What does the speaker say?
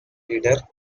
leader